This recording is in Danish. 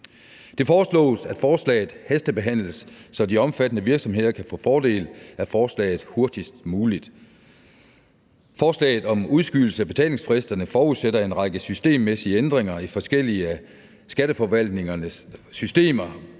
Det foreslås, at forslaget hastebehandles, så de omfattede virksomheder kan få fordel af forslaget hurtigst muligt. Forslaget om udskydelse af betalingsfristerne forudsætter en række systemmæssige ændringer i skatteforvaltningens systemer,